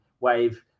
wave